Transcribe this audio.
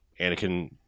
Anakin